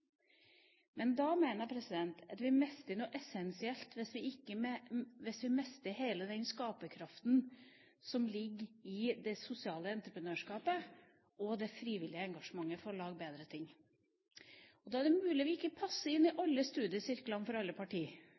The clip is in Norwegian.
men man kunne ikke drive sykehus på den måten. Vi måtte drive sykehus på andre måter. Jeg mener at vi mister noe essensielt hvis vi mister hele den skaperkraften som ligger i det sosiale entreprenørskapet og det frivillige engasjementet for å gjøre ting bedre. Da er det mulig vi ikke passer inn i alle studiesirklene i alle